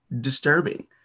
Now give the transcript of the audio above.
disturbing